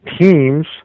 teams